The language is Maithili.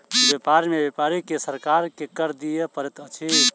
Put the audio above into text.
व्यापार में व्यापारी के सरकार के कर दिअ पड़ैत अछि